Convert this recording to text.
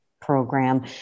Program